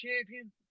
champion